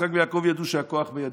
יצחק ויעקב ידעו שהכוח בידי,